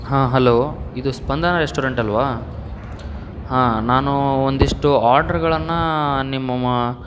ಹಾಂ ಹಲೋ ಇದು ಸ್ಪಂದನ ರೆಸ್ಟೋರೆಂಟಲ್ವಾ ಹಾಂ ನಾನು ಒಂದಿಷ್ಟು ಆರ್ಡರ್ಗಳನ್ನು ನಿಮ್ಮ